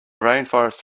rainforests